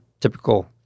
typical